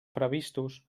previstos